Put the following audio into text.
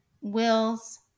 Will's